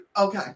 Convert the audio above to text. Okay